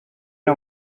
are